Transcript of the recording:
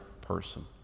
person